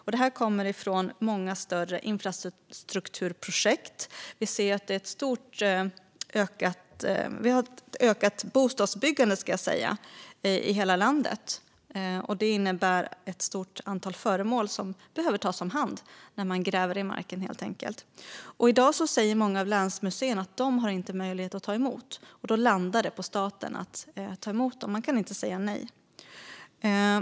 På grund av många större infrastrukturprojekt och ett ökat bostadsbyggande grävs ett stort antal föremål fram, och i dag säger många länsmuseer att de saknar möjlighet att ta emot dessa föremål. Då landar det i stället på Statens historiska museer att ta emot dem, för de kan inte säga nej.